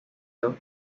dos